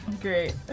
Great